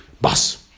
bus